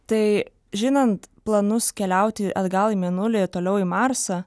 tai žinant planus keliauti atgal į mėnulį ir toliau į marsą